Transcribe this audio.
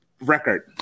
record